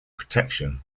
protection